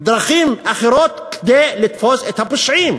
דרכים אחרות כדי לתפוס את הפושעים,